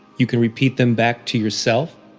you can repeat them back to yourself,